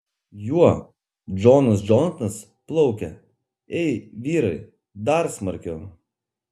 juo džonas džonatanas plaukia ei vyrai dar smarkiau